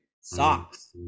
socks